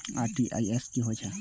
RTGS की होय छै